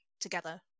together